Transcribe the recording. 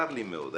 צר לי מאוד.